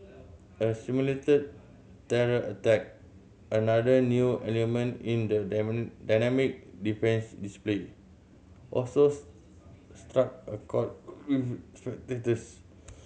a simulated terror attack another new element in the dynamic defence display also struck a chord with spectators